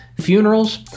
funerals